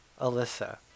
Alyssa